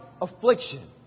affliction